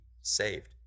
saved